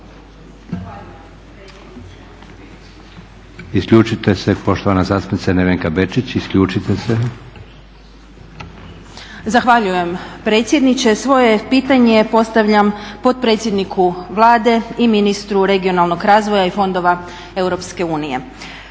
Isključite se. **Posavec Krivec, Ivana (SDP)** Zahvaljujem predsjedniče. Svoje pitanje postavljam potpredsjedniku Vlade i ministru regionalnog razvoja i fondova EU.